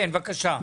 בבקשה.